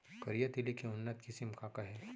करिया तिलि के उन्नत किसिम का का हे?